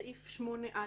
סעיף 8א(א)